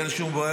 אין שום בעיה,